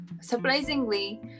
surprisingly